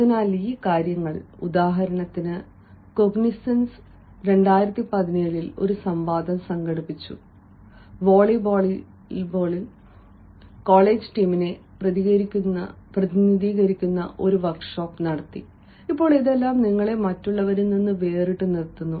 അതിനാൽ ഈ കാര്യങ്ങൾ ഉദാഹരണത്തിന് കോഗ്നിസൻസ് 2017 ൽ ഒരു സംവാദം സംഘടിപ്പിച്ചു വോളിബോളിൽ കോളേജ് ടീമിനെ പ്രതിനിധീകരിക്കുന്ന ഒരു വർക്ക്ഷോപ്പ് നടത്തി ഇപ്പോൾ ഇതെല്ലാം നിങ്ങളെ മറ്റുള്ളവരിൽ നിന്ന് വേറിട്ടു നിർത്തുന്നു